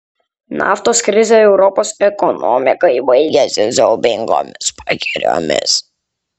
naftos krizė europos ekonomikai baigėsi siaubingomis pagiriomis